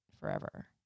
forever